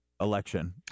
election